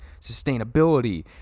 sustainability